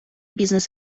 бізнес